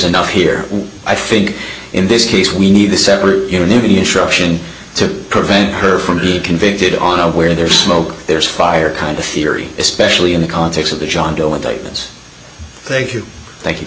enough here i think in this case we need to separate instruction to prevent her from being convicted on of where there's smoke there's fire kind of theory especially in the context of the john doe and titans thank you thank you